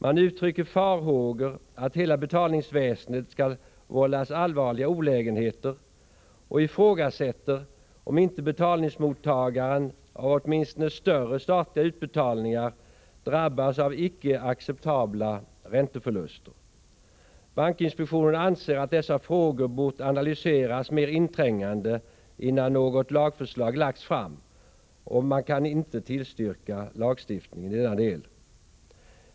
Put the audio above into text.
Man uttrycker farhågor att hela betalningsväsendet skall vållas allvarliga olägenheter och ifrågasätter om inte mottagaren av åtminstone större statliga utbetalningar drabbas av icke acceptabla ränteförluster. Bankinspektionen anser att dessa frågor bort analyseras mer inträngande innan något lagförslag lagts fram och kan inte tillstyrka lagstiftningen.